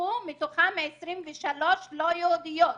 שנרצחו מתוכן 23 לא יהודיות.